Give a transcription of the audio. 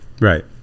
Right